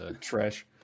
trash